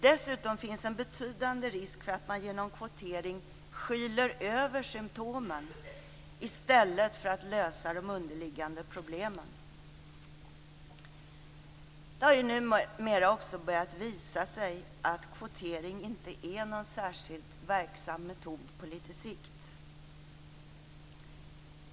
Dessutom finns en betydande risk för att man genom kvotering skyler över symtomen i stället för att lösa de underliggande problemen. Det har numera också börjat visa sig att kvotering inte är någon särskilt verksam metod på lite sikt.